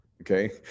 okay